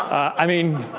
i mean,